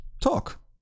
talk